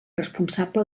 responsable